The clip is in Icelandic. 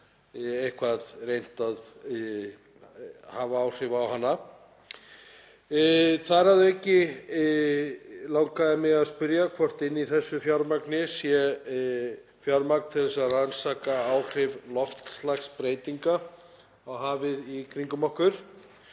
eitthvað reynt að hafa áhrif á hana. Þar að auki langaði mig að spyrja hvort inni í þessu fjármagni sé fjármagn til að rannsaka áhrif loftslagsbreytinga á hafið í kringum okkur.